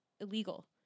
illegal